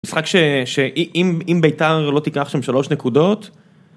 משחק שאם בית"ר לא תיקח שם שלוש נקודות.